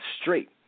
straight